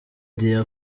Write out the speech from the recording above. dieu